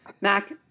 mac